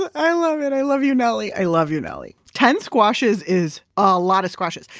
and i love it. i love you, nellie. i love you, nellie. ten squashes is a lot of squashes.